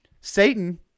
Satan